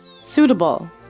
Suitable